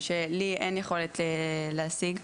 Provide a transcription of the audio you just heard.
שלי אין יכולת להשיג.